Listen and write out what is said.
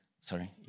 Sorry